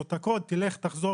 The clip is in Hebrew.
ואז זה "תלך ותחזור,